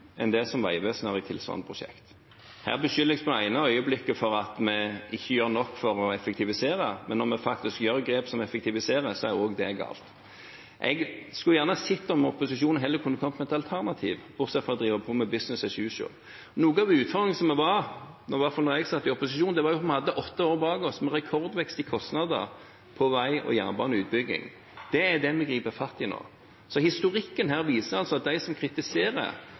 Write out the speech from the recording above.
enn det som Vegvesenet har i tilsvarende prosjekt. Her beskyldes jeg det ene øyeblikket for at vi ikke gjør nok for å effektivisere, men når vi faktisk gjør grep som effektiviserer, er også det galt. Jeg skulle heller sett at opposisjonen kunne kommet med et alternativ, bortsett fra å drive på med «business as usual». Noe av utfordringen som var – i hvert fall da jeg var i opposisjon – var at vi hadde åtte år bak oss med rekordvekst i kostnader på vei- og jernbaneutbygging. Det er det vi griper fatt i nå. Så historikken viser at de som kritiserer,